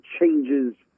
changes